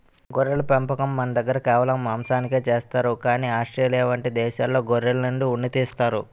గొర్రెల పెంపకం మనదగ్గర కేవలం మాంసానికే చేస్తారు కానీ ఆస్ట్రేలియా వంటి దేశాల్లో గొర్రెల నుండి ఉన్ని తీస్తారు